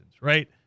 right